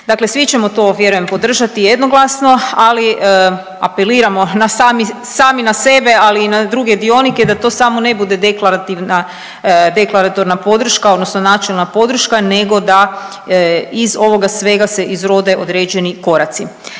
Dakle svi ćemo to vjerujem podržati jednoglasno, ali apeliramo sami na sebe, ali i na druge dionike, da to samo ne bude deklarativna, deklaratorna podrška odnosno načelna podrška nego da iz ovoga svega se izrode određeni koraci.